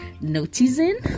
noticing